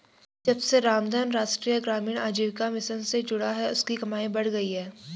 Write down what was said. जब से रामधन राष्ट्रीय ग्रामीण आजीविका मिशन से जुड़ा है उसकी कमाई बढ़ गयी है